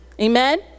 Amen